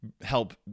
help